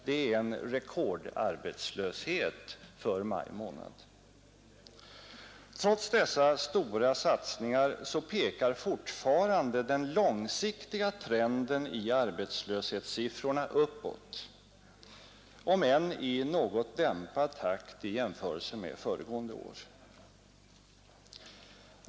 Det är en rekordarbetslöshet för maj månad. Trots dessa stora satsningar pekar fortfarande den långsiktiga trenden i arbetslöshetssiffrorna uppåt, om än i något dämpad takt i jämförelse med föregående år.